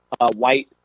White